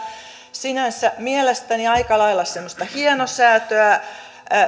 sinänsä mielestäni aika lailla semmoista hienosäätöä mutta